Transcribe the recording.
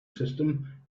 system